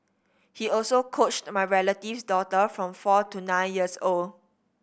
he also coached my relative's daughter from four to nine years old